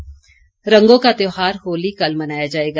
होली रंगों का त्योहार होली कल मनाया जाएगा